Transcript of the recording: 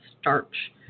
starch